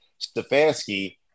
Stefanski